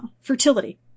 fertility